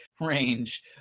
range